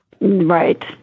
Right